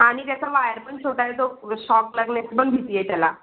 आणि त्याचा वायर पण छोटा आहे तो शॉक लागण्याची पण भीती आहे त्याला